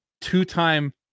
two-time